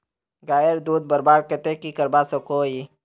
गायेर दूध बढ़वार केते की करवा सकोहो ही?